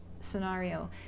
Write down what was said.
scenario